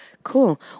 Cool